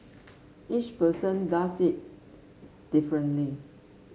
each person does it differently